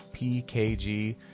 PKG